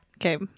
okay